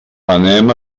anem